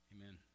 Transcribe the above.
Amen